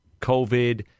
COVID